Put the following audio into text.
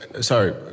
Sorry